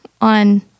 on